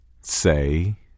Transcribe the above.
Say